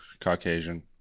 Caucasian